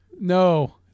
No